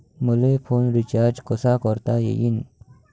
मले phone recharge कसा करता येईन?